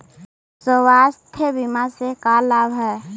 स्वास्थ्य बीमा से का लाभ है?